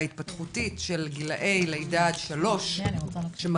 וההתפתחותית של גילאי לידה עד 3 שמראים